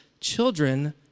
children